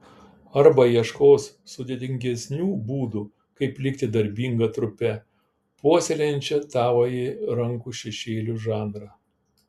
arba ieškos sudėtingesnių būdų kaip likti darbinga trupe puoselėjančia tavąjį rankų šešėlių žanrą